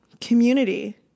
community